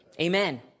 Amen